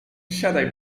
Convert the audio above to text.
siadaj